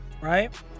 right